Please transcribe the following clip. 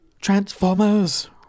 Transformers